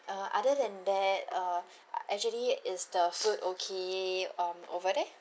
uh other than that uh actually is the food okay um over there